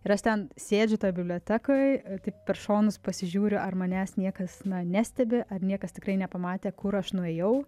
ir aš ten sėdžiu toj bibliotekoj tik per šonus pasižiūriu ar manęs niekas nestebi ar niekas tikrai nepamatė kur aš nuėjau